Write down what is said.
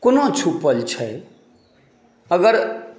कोना छुपल छैक अगर